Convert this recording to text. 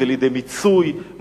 לב למאפייני העדה הדרוזית,